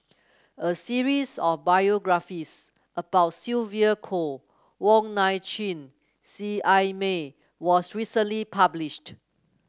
a series of biographies about Sylvia Kho Wong Nai Chin Seet Ai Mee was recently published